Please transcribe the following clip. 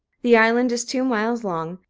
the island is two miles long,